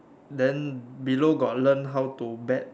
then below got learn how to bet